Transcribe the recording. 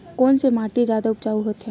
कोन से माटी जादा उपजाऊ होथे?